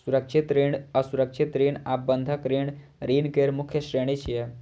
सुरक्षित ऋण, असुरक्षित ऋण आ बंधक ऋण ऋण केर मुख्य श्रेणी छियै